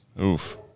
Oof